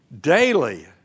daily